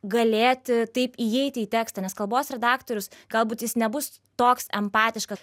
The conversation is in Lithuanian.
galėti taip įeiti į tekstą nes kalbos redaktorius galbūt jis nebus toks empatiškas